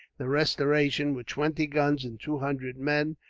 the restoration, with twenty guns and two hundred men,